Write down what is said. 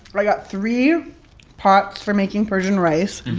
i got three pots for making persian rice.